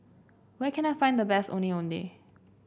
where can I find the best Ondeh Ondeh